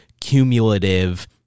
cumulative